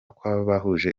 kw’abahuje